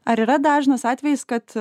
ar yra dažnas atvejis kad